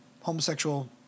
Homosexual